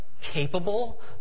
capable